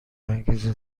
انگیزه